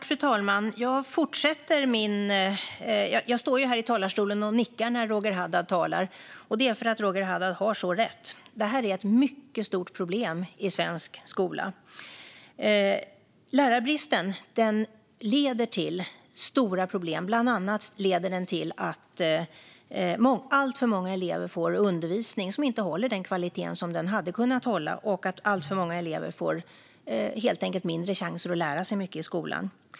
Fru talman! Jag står här i talarstolen och nickar när Roger Haddad talar, och jag fortsätter göra det. Det beror på att Roger Haddad har så rätt. Det här är ett mycket stort problem i svensk skola. Lärarbristen leder till stora problem. Bland annat leder den till att alltför många elever får en undervisning som inte håller den kvalitet som den hade kunnat hålla. Alltför många elever får helt enkelt mindre chans att lära sig mycket i skolan.